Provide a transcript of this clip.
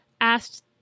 asked